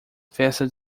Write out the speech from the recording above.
festa